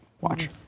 Watch